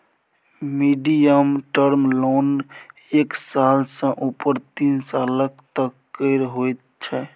medium term loan एक साल सँ उपर तीन सालक तक केर होइ छै